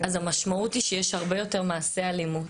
אז המשמעות היא שיש הרבה יותר מעשי אלימות,